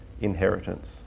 inheritance